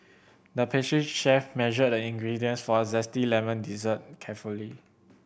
the pastry chef measured the ingredients for a zesty lemon dessert carefully